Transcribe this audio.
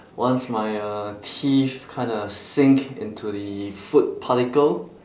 once my uh teeth kinda sink into the food particle